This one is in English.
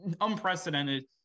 unprecedented